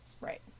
Right